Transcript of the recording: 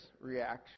reaction